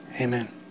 Amen